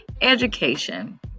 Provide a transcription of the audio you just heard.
Education